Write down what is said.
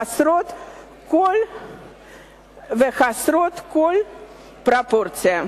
וחסרות כל פרופורציה.